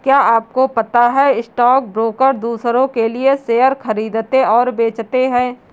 क्या आपको पता है स्टॉक ब्रोकर दुसरो के लिए शेयर खरीदते और बेचते है?